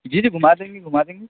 جی جی گھما دیں گے گھما دیں گے